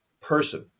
person